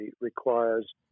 requires